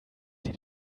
sie